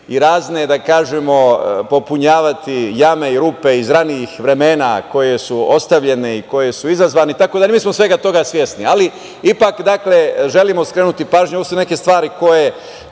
i razne, da kažemo, popunjavati jame i rupe iz ranijih vremena koje su ostavljene i koje su izazvane itd. Mi smo svega toga svesni, ali ipak, dakle, želimo skrenuti pažnju, ovo su neke stvari koje